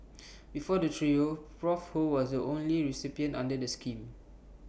before the trio Prof ho was the only recipient under the scheme